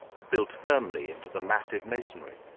built firmly into the massive masonry.